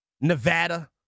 Nevada